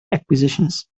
acquisitions